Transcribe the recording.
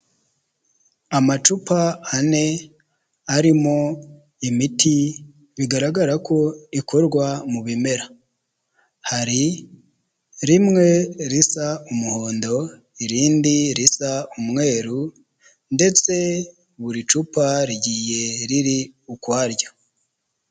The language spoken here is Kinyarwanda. Amacupa ane arimo imiti bigaragara ko ikorwa mu bimera hari rimwe risa umuhondo irindi risa umweru ndetse buri cupa rigiye riri ukwaryo.